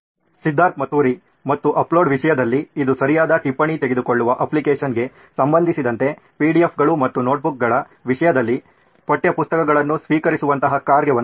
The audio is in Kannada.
ಸಿದ್ಧಾರ್ಥ್ ಮತುರಿ ಮತ್ತು ಅಪ್ಲೋಡ್ ವಿಷಯದಲ್ಲಿ ಇದು ಸರಿಯಾದ ಟಿಪ್ಪಣಿ ತೆಗೆದುಕೊಳ್ಳುವ ಅಪ್ಲಿಕೇಶನ್ಗೆ ಸಂಬಂಧಿಸಿದಂತೆ PDFಗಳು ಮತ್ತು ನೋಟ್ಬುಕ್ಗಳ ವಿಷಯದಲ್ಲಿ ಪಠ್ಯಪುಸ್ತಕಗಳನ್ನು ಸ್ವೀಕರಿಸುವಂತಹ ಕಾರ್ಯವನ್ನು ಹೊಂದಿರಬೇಕು